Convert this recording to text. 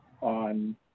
on